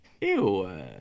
Ew